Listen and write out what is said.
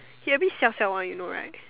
he a bit siao siao one you know right